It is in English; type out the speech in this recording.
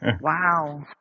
Wow